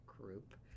group